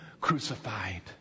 crucified